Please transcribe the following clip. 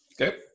Okay